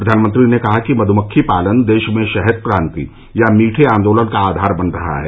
प्रधानमंत्री ने कहा कि मधुमक्खी पालन देश में शहद क्रांति या मीठे आंदोलन का आधार बना रहा है